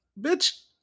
Bitch